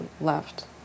left